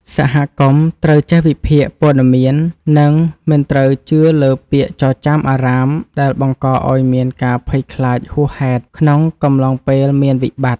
សហគមន៍ត្រូវចេះវិភាគព័ត៌មាន និងមិនត្រូវជឿលើពាក្យចចាមអារ៉ាមដែលបង្កឱ្យមានការភ័យខ្លាចហួសហេតុក្នុងកំឡុងពេលមានវិបត្តិ។